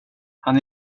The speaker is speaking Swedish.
han